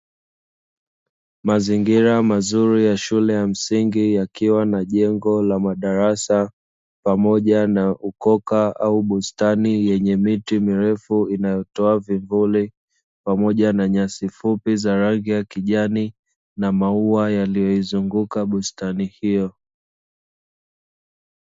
Mazingira mazuri ya shule ya msingi yakiwa na jengo la madarasa, pamoja na ukoka au bustani yenye miti mirefu inayotoa vivuli, pamoja na nyasi fupi za rangi ya kijani na maua yaliyoizunguka bustani hiyo.